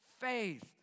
faith